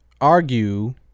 argue